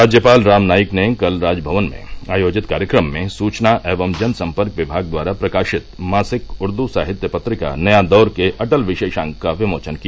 राज्यपाल राम नाईक ने कल राजमवन में आयोजित कार्यक्रम में सूचना एवं जनसम्पर्क विमाग द्वारा प्रकाशित मासिक उर्दू साहित्य पत्रिका नया दौर के अटल विशेषांक का विमोचन किया